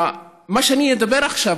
מה שאני אומר עכשיו,